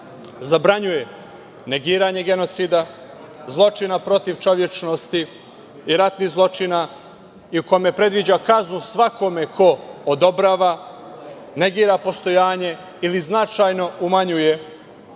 zabranjuje negiranje genocida, zločina protiv čovečnosti i ratnih zločina i u kome predviđa kaznu svakome ko odobrava, negira postojanje ili značajno umanjuje